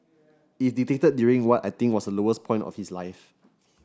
it dictated during what I think was lowest point of his life